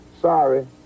Sorry